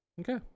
Okay